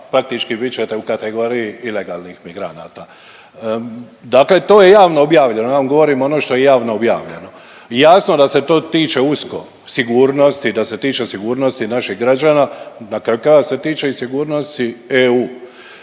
praktički bit ćete u kategoriji ilegalnih migranata. Dakle, to je javno objavljeno, ja vam govorim ono što je javno objavljeno. Jasno da se to tiče usko sigurnosti, da se tiče sigurnosti naših građana dakako se tiče i sigurnosti EU.